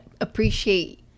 appreciate